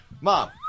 mom